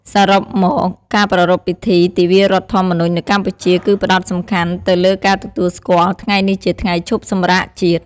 សរុបមក ការប្រារព្ធពិធីទិវារដ្ឋធម្មនុញ្ញនៅកម្ពុជា គឺផ្តោតសំខាន់ទៅលើការទទួលស្គាល់ថ្ងៃនេះជាថ្ងៃឈប់សម្រាកជាតិ។